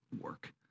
work